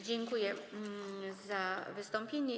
Dziękuję za wystąpienie.